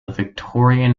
victorian